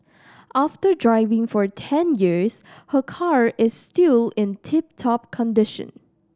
after driving for ten years her car is still in tip top condition